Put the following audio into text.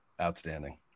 outstanding